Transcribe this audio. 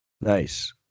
nice